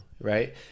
right